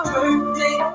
Birthday